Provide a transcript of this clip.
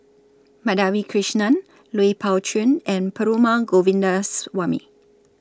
Madhavi Krishnan Lui Pao Chuen and Perumal Govindaswamy